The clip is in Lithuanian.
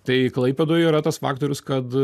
tai klaipėdoj yra tas faktorius kad